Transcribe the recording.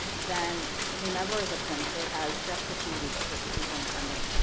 then whomever is appointed has just a few weeks with the superintendent